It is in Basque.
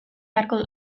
beharko